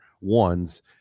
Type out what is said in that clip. ones